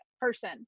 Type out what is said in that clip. person